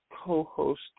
co-host